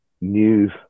news